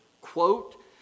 quote